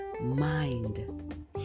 mind